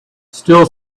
still